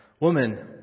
Woman